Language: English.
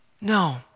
No